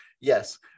Yes